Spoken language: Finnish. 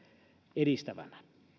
edistävänä